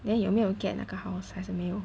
then 有没有 get 那个 house 还是没有